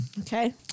Okay